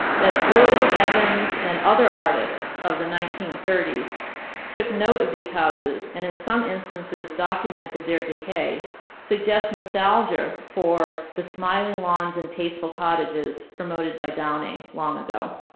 that wood, evans, and other artists of the nineteen thirty s took note of these houses and in some instances documented their decay suggests nostalgia for the smiling lawns and tasteful cottages promoted by downing long ago.